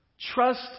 Trust